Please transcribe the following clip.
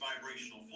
vibrational